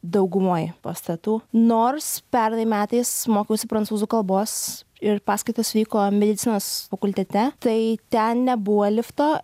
daugumoj pastatų nors pernai metais mokiausi prancūzų kalbos ir paskaitos vyko medicinos fakultete tai ten nebuvo lifto